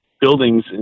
buildings